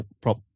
prop